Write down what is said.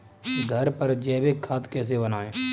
घर पर जैविक खाद कैसे बनाएँ?